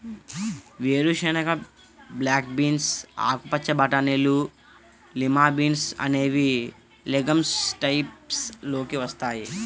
వేరుశెనగ, black beans, ఆకుపచ్చ బటానీలు, లిమా బీన్స్ అనేవి లెగమ్స్ టైప్స్ లోకి వస్తాయి